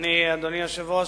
אדוני היושב-ראש,